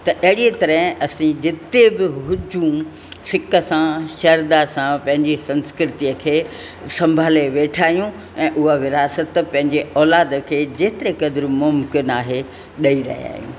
त अहिड़ीअ तरह असीं जिते बि हुजूं सिक सां श्रध्दा सां पंहिंजी संस्कृतिअ खे संभाले वेठा आहियूं ऐं उहा विरासत पंहिंजे औलाद खे जेतिरे क़द्रु मुम्किन आहे ॾई रहिया आहियूं